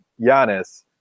Giannis